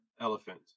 elephant